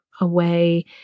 away